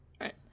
right